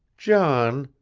john,